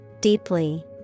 deeply